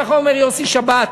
כך אומר יוסי שבת,